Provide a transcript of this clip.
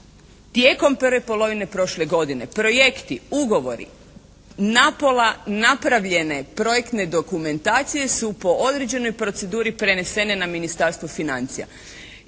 Tijekom prve polovine prošle godine projekti, ugovori na pola napravljene projektne dokumentacije su po određenoj proceduri prenesene na Ministarstvo financija